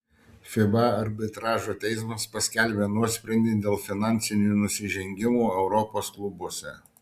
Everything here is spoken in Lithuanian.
fiba arbitražo teismas paskelbė nuosprendį dėl finansinių nusižengimų europos klubuose